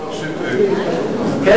שטרית מסביר לי,